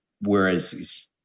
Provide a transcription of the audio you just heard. whereas